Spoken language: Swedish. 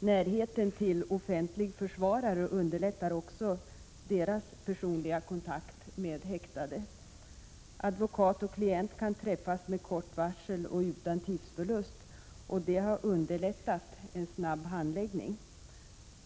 Närheten till offentlig försvarare gör att den personliga kontakten mellan offentlig försvarare och en häktad underlättas. Advokat och klient kan träffas med kort varsel och utan tidsförlust. Således har det varit lättare att få en snabb handläggning.